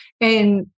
And-